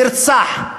נרצח.